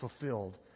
fulfilled